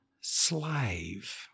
slave